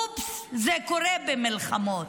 אופס, זה קורה במלחמות.